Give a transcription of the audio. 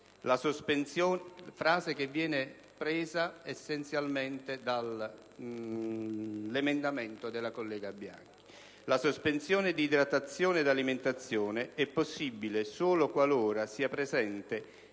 "La sospensione di idratazione ed alimentazione è possibile solo qualora sia presente